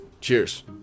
Cheers